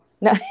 No